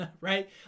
right